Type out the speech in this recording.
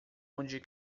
onde